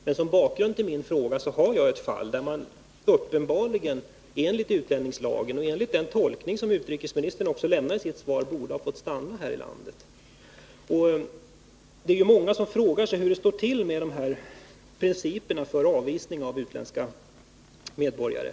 Men som bakgrund till min fråga har jag ett fall, där vederbörande uppenbarligen enligt utlänningslagen och enligt den tolkning som utrikesministern också ger i sitt svar borde ha fått stanna här i landet. Det är många som frågar sig hur det står till med principerna för avvisning av utländska medborgare.